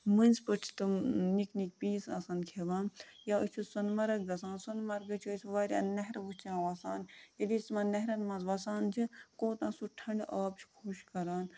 مٔنٛزۍ پٲٹھۍ چھِ تِم نِکۍ نِکۍ پیٖس آسان کھٮ۪وان یا أسۍ چھِ سۄنہٕ مرگ گژھان سۄنہٕ مرگہٕ چھِ أسۍ واریاہ نہرٕ وٕچھان وَسان ییٚلہِ أسۍ تِمَن نہرَن منٛز وَسان چھِ کوتاہ سُہ ٹھنٛڈٕ آب چھِ خوش کَران